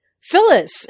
Phyllis